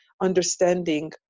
understanding